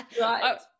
right